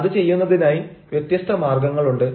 അത് ചെയ്യുന്നതിനായി വ്യത്യസ്ത മാർഗ്ഗങ്ങളുണ്ട്